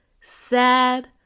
sad